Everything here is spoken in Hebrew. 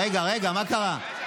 רגע, רגע, מה קרה?